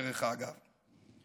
דרך אגב,